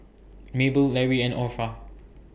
Mabel Larry and Orpha